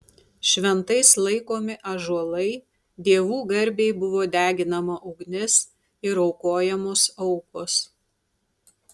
šventais laikomi ąžuolai dievų garbei buvo deginama ugnis ir aukojamos aukos